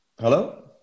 hello